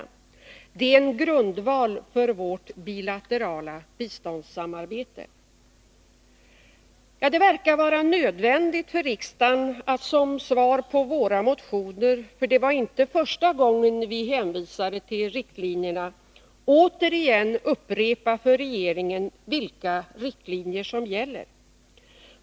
Den är en grundval för vårt bilaterala biståndssamarbete.” Det verkar vara nödvändigt för riksdagen att som svar på våra motioner återigen — för det var inte första gången vi hänvisade till riktlinjerna — upprepa för regeringen vilka riktlinjer som gäller.